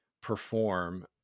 perform